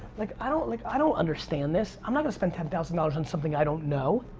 like, i don't, like i don't understand this, i'm not gonna spend ten thousand dollars on something i don't know.